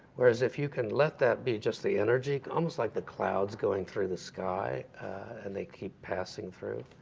whereas if you can let that be just the energy, almost like the clouds going through the sky and they keep passing through.